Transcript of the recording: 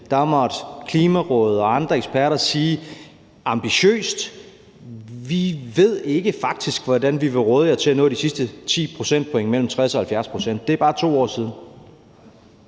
den, måtte Klimarådet og andre eksperter sige: Det er ambitiøst; vi ved faktisk ikke, hvordan vi vil råde jer til at nå de sidste 10 procentpoint mellem 60 og 70 pct. Det er kun 2 år siden.